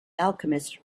alchemist